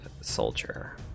soldier